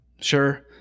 sure